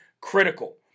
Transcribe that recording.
critical